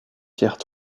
pierres